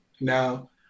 now